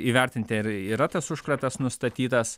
įvertinti ar yra tas užkratas nustatytas